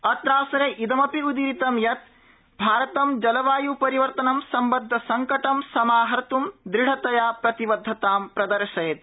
अत्रावसरे इदमपि उदीरितं यत् भारतं जलवायुपरिवर्तनं सम्बद्धसंकटं समाहतुं दृढ़तया प्रतिबद्धतां प्रदर्शयति